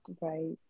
Right